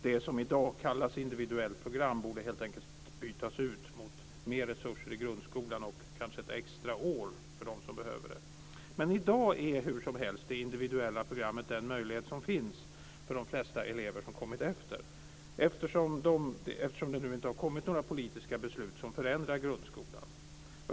Det som i dag kallas individuellt program borde helt enkelt bytas ut mot mer resurser i grundskolan och kanske ett extra år för dem som behöver det. Men i dag är hur som helst det individuella programmet den möjlighet som finns för de flesta elever som kommit efter, eftersom det inte har kommit några politiska beslut som förändrar grundskolan.